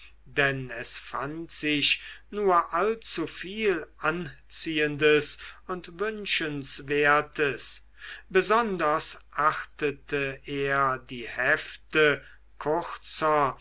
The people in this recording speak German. denn es fand sich nur allzuviel anziehendes und wünschenswertes besonders achtete er die hefte